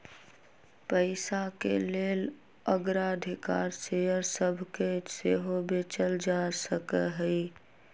पइसाके लेल अग्राधिकार शेयर सभके सेहो बेचल जा सकहइ